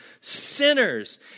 sinners